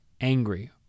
angry